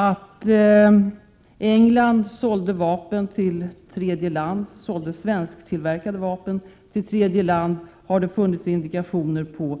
Att England sålde svensktillverkade vapen till tredje land har det funnits indikationer på